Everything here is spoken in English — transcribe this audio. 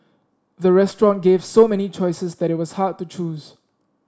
the restaurant gave so many choices that it was hard to choose